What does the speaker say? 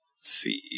see